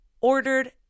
ordered